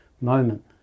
moment